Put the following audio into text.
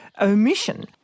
omission